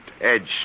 edge